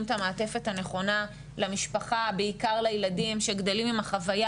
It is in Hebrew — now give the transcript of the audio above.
את המעטפת הנכונה למשפחה בעיקר לילדים שגדלים עם החוויה